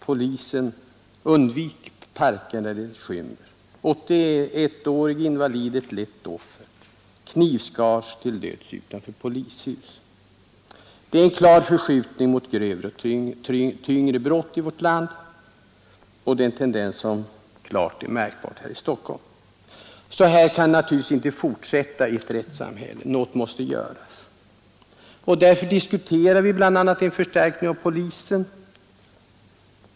Polisen: Undvik parker när det skymmer.” ”81-årig invalid ett lätt offer.” ”Knivskars till döds utanför polishus.” Det är en klar förskjutning mot grövre och tyngre brott i vårt land, och tendensen är särskilt märkbar här i Stockholm. I ett rättssamhälle som vårt kan detta naturligtvis inte får fortsätta. Något måste göras. Därför diskuterar vi bl.a. en förstärkning av polisen.